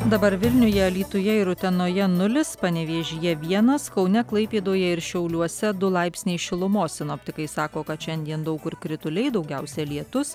dabar vilniuje alytuje ir utenoje nulis panevėžyje vienas kaune klaipėdoje ir šiauliuose du laipsniai šilumos sinoptikai sako kad šiandien daug kur krituliai daugiausia lietus